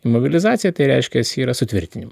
imobilizaciją tai reiškias yra sutvirtinimas